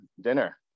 dinner